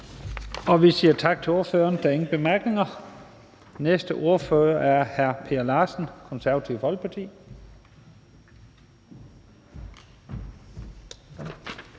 Vi siger tak til ordføreren. Der er ingen korte bemærkninger. Den næste ordfører er hr. Per Larsen fra Det Konservative Folkeparti.